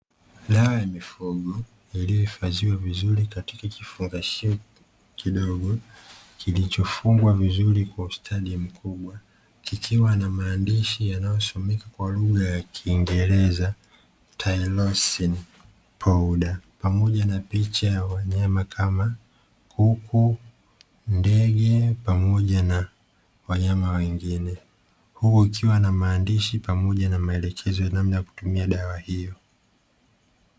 Dawa ya Mifugo iliyohifadhiwa vizuri katika kifungashio kidogo; kilichofungwa vizuri kwa ustadi mkubwa, kikiwa na maandishi yanayosomeka kwa lugha ya kingereza "Tylosin Powder", pamoja na picha ya wanyama kama kuku, ndege pamoja na wanyama wengine, huku kikiwa na maandishi pamoja na maelekezo ya namna ya kutumia dawa hiyo.